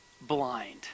blind